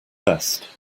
best